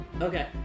Okay